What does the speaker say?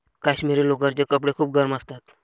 काश्मिरी लोकरचे कपडे खूप गरम असतात